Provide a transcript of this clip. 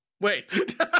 wait